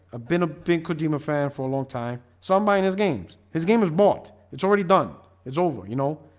been a pink kojima fan for a long time. so i'm buying his games. his game was bought. it's already done it's over, you know,